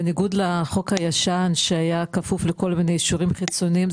בניגוד לחוק הישן שהיה כפוף לכל מיני אישורים חיצוניים,